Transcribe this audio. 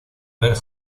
ver